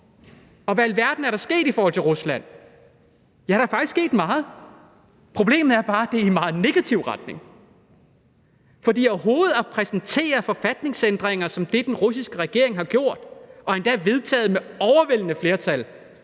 Og hvad i alverden er der sket i forhold til Rusland? Ja, der er faktisk sket meget. Problemet er bare, at det er i meget negativ retning, fordi man har præsenteret forfatningsændringer som dem, den russiske regering har gjort, og endda vedtaget dem med overvældende flertal.